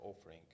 offering